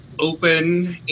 open